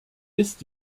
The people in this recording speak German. ist